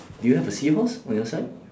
do you have a seahorse on your side